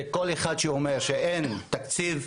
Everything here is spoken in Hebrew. כל אחד שאומר שאין תקציב,